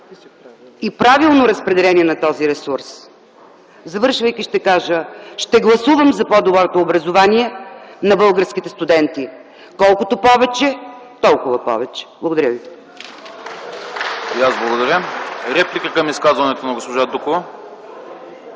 и правилно разпределение на този ресурс. Завършвайки ще кажа: ще гласувам за по-доброто образование на българските студенти! Колкото повече, толкова повече! Благодаря ви.